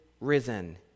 risen